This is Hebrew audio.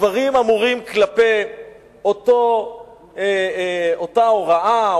הדברים אמורים כלפי אותה הוראה,